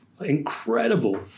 incredible